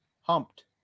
Humped